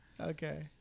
Okay